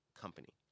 company